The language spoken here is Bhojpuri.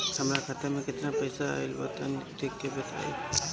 हमार खाता मे केतना पईसा आइल बा तनि देख के बतईब?